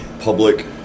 public